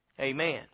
amen